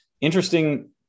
interesting